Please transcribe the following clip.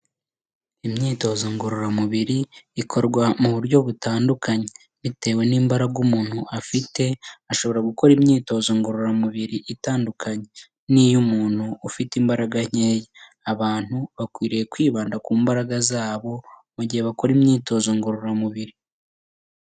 Imyitozo ngororamubiri ikorwa mu buryo butandukanye, bitewe n'imbaraga umuntu afite ashobora gukora imyitozo ngororamubiri itandukanye n'iy'umuntu ufite imbaraga nkeya, abantu bakwiriye kwibanda ku mbaraga zabo mu gihe bakora imyitozo ngororamubiri.